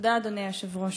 תודה, אדוני היושב-ראש,